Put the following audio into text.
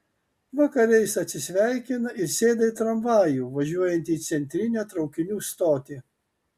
vakare jis atsisveikina ir sėda į tramvajų važiuojantį į centrinę traukinių stotį